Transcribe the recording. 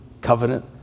covenant